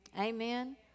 Amen